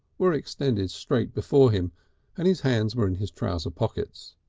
were extended straight before him and his hands were in his trouser pockets.